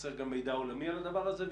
וחסר גם מידע עולמי על הדבר הזה.